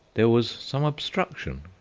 there was some obstruction.